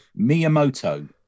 Miyamoto